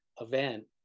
event